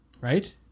Right